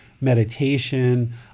meditation